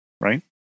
right